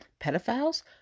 Pedophiles